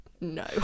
no